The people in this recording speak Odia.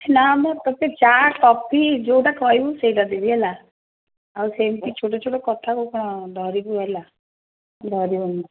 ନାଁ ମ ତୋତେ ଚା' କଫି ଯେଉଁଟା କହିବୁ ସେଇଟା ଦେବି ହେଲା ଆଉ ସେମିତି ଛୋଟ ଛୋଟ କଥାକୁ କ'ଣ ଧରିବୁ ହେଲା ଧରିବୁନି